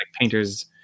painters